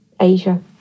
Asia